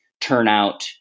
turnout